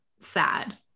sad